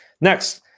Next